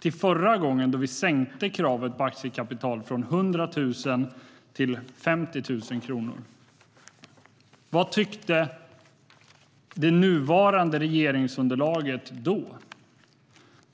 till förra gången då vi sänkte kravet på aktiekapital, från 100 000 till 50 000 kronor. Vad tyckte det nuvarande regeringsunderlaget då?